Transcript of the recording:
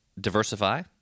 diversify